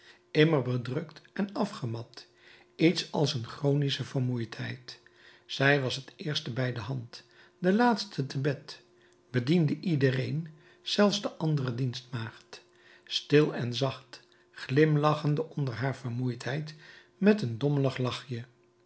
immer bedrukt en afgemat iets als een chronische vermoeidheid zij was het eerste bij de hand de laatste te bed bediende iedereen zelfs de andere dienstmaagd stil en zacht glimlachende onder haar vermoeidheid met een dommelig lachje